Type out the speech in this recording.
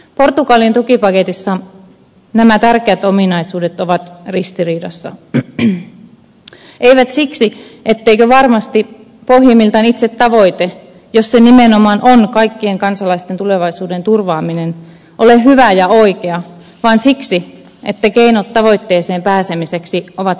portugalin tukipaketissa nämä tärkeät ominaisuudet ovat ristiriidassa eivät siksi etteikö varmasti pohjimmiltaan itse tavoite jos se nimenomaan on kaikkien kansalaisten tulevaisuuden turvaaminen ole hyvä ja oikea vaan siksi että keinot tavoitteeseen pääsemiseksi ovat kyseenalaiset